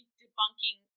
debunking